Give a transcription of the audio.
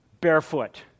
barefoot